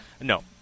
No